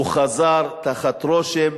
והוא חזר תחת רושם,